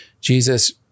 Jesus